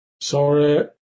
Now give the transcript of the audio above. Sorry